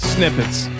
Snippets